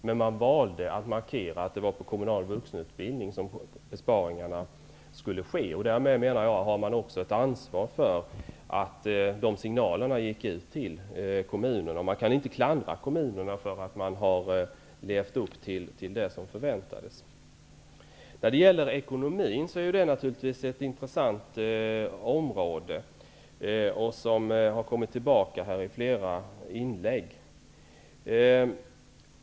Men man valde att markera att det var på den kommunala vuxenutbildningen som besparingarna skulle ske. Därmed menar jag att man har ett ansvar för de signaler som gick ut till kommunerna. Man kan inte klandra kommunerna för att de har levt upp till vad som förväntades. Ekonomin utgör naturligtvis ett mycket intressant område, och det har här tagits upp i flera inlägg.